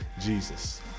Jesus